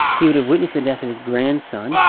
he would have witnessed the death of his grandson. ah!